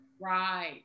Right